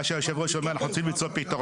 מה שיושב הראש אומר אנחנו רוצים למצוא פתרון.